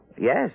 Yes